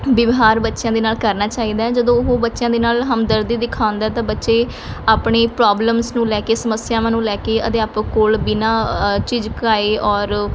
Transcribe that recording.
ਵਿਵਹਾਰ ਬੱਚਿਆਂ ਦੇ ਨਾਲ਼ ਕਰਨਾ ਚਾਹੀਦਾ ਹੈ ਜਦੋਂ ਉਹ ਬੱਚਿਆਂ ਦੇ ਨਾਲ਼ ਹਮਦਰਦੀ ਦਿਖਾਉਂਦਾ ਤਾਂ ਬੱਚੇ ਆਪਣੀ ਪ੍ਰੋਬਲਮਸ ਨੂੰ ਲੈ ਕੇ ਸਮੱਸਿਆਵਾਂ ਨੂੰ ਲੈ ਕੇ ਅਧਿਆਪਕ ਕੋਲ ਬਿਨਾਂ ਝਿਜਕਾਏ ਔਰ